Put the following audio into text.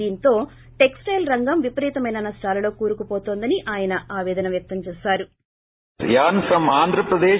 దీంతో textile రంగం విపరీతమైన నష్టాలలో కూరుకుపోతుందని ఆయన ఆపేదన వ్యక్తం చేసారు